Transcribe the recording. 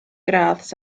gradd